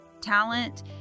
talent